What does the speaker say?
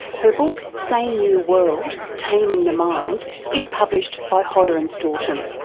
her book sane new world taming the mind is published by hodder and stoughton.